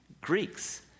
Greeks